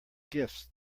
gifts